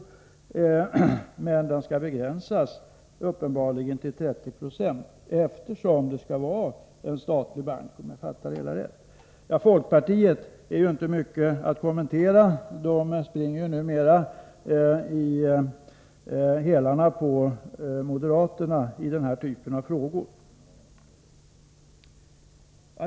Försäljningen skall ändå uppenbarligen begränsas till 30 70, eftersom banken — om jag fattar det hela rätt — fortfarande skall ha karaktären av statlig bank. Folkpartiets ställningstagande är inte mycket att kommentera — det partiet springer ju numera i hälarna på moderaterna i den här typen av frågor.